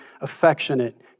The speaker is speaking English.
affectionate